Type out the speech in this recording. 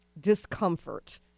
discomfort